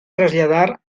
traslladar